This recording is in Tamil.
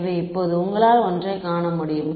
எனவே இப்போது உங்களால் ஒன்றைக் காண முடியும்